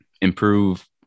improve